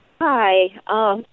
Hi